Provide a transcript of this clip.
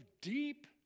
deep